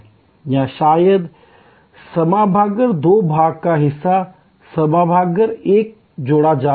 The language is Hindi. या शायद सभागार दो भाग का हिस्सा सभागार एक में जोड़ा जा सकता है